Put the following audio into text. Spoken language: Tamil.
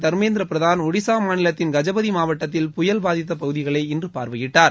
தர்மேந்திர பிரதான் ஷடிஸா மாநிலத்தின் கஜபதி மாவட்டத்தில் புயல் பாதித்த பகுதிகளை இன்று பார்வையிட்டார்